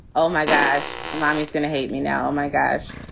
oh, my gosh, mommy's going to hate me now. my gosh.